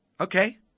Okay